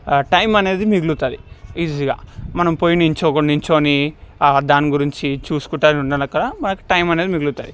time అనేది మిగులుతుంది ఈజీగా మనం పోయి నిల్చోకుండా నిల్చోని దాని గురించి చూసుకుంటా ఉన్నల్ అక్కలా మనకి టైం అనేది మిగులుతుంది